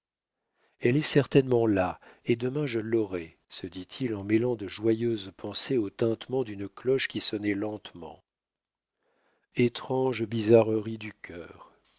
elle est certainement là et demain je l'aurai se dit-il en mêlant de joyeuses pensées aux tintements d'une cloche qui sonnait lentement étrange bizarrerie du cœur